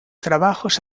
trabajos